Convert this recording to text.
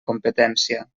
competència